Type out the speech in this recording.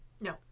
No